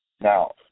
Now